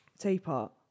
Teapot